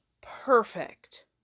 perfect